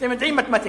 אתם יודעים מתמטיקה.